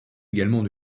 également